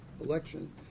election